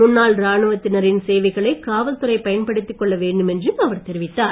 முன்னாள் ராணுவத்தினரின் சேவைகளை காவல்துறை பயன்படுத்திக் கொள்ள வேண்டும் என்றும் அவர் தெரிவித்தார்